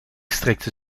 strekte